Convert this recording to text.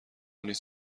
نیز